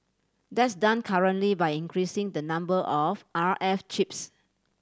that's done currently by increasing the number of R F chips